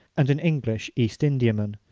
and an english east indiaman,